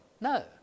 no